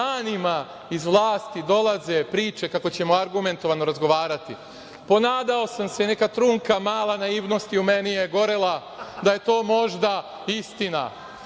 iz vlasti dolaze priče kako ćemo argumentovano razgovarati. Ponadao sam se, neka trunka mala naivnosti u meni je gorela, da je to možda istina.